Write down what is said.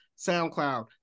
soundcloud